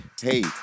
Hey